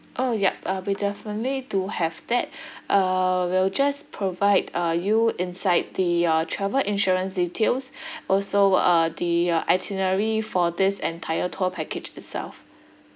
orh yup uh we definitely do have that uh we'll just provide uh you inside the uh travel insurance details also uh the uh itinerary for this entire tour package itself